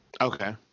Okay